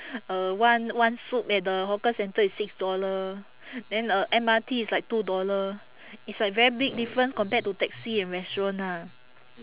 uh one one soup at the hawker center is six dollar then uh M_R_T is like two dollar it's like very big difference compared to taxi and restaurant lah